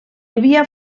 havia